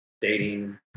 dating